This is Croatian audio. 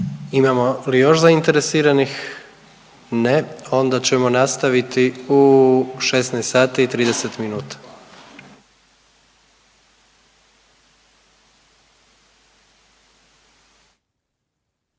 Imamo li još zainteresiranih? Ne. Onda ćemo nastaviti u 16